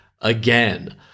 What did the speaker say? again